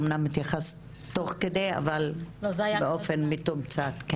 אומנם התייחסת תוך כדי אבל באופן מתומצת.